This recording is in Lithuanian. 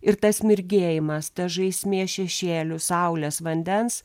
ir tas mirgėjimas ta žaismė šešėlių saulės vandens